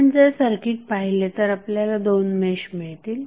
आपण जर सर्किट पाहिले तर आपल्याला दोन मेश मिळतील